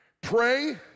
Pray